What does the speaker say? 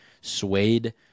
suede